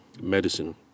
medicine